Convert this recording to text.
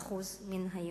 60% מהיהודים.